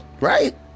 Right